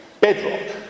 bedrock